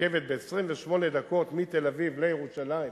רכבת ב-28 דקות מתל-אביב לירושלים,